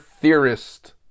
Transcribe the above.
theorist